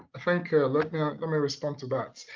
thank you. let me respond to that.